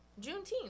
Juneteenth